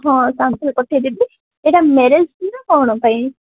ହଁ ସାଙ୍ଗେରେ ପଠେଇଦେବି ଏଇଟା ମ୍ୟାରେଜ୍ ପାଇଁ ନା କ'ଣ ପାଇଁ